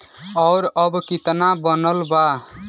और अब कितना बनल बा?